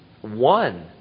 One